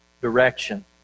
direction